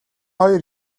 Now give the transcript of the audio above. хоёр